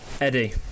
Eddie